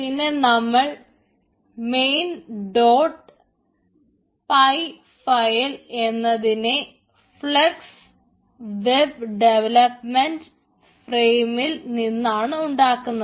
പിന്നെ main dot py file എന്നതിനെ flux web development ഫ്രെയിമിൽ നിന്നാണ് ഉണ്ടാക്കുന്നത്